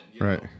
Right